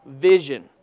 vision